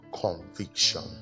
conviction